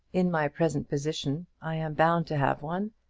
in my present position i am bound to have one,